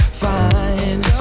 fine